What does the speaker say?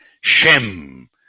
Shem